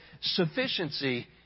sufficiency